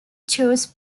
chose